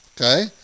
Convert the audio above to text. Okay